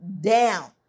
down